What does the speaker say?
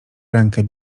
rękę